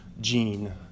gene